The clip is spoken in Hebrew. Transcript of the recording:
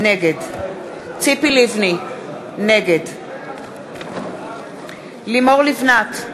נגד ציפי לבני, נגד לימור לבנת,